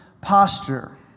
posture